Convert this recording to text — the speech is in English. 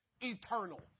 eternal